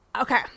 Okay